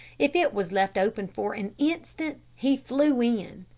if it was left open for an instant, he flew in.